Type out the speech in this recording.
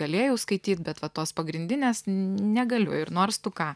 galėjau skaityt bet va tos pagrindinės negaliu ir nors tu ką